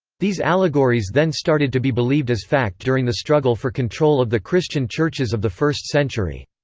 these allegories then started to be believed as fact during the struggle for control of the christian churches of the first century.